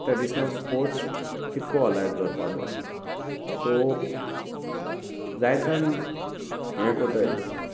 traditional sports कितें करून अलायव दवरपा तो सो जायत जाण हें करता